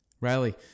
Riley